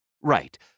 Right